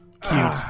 cute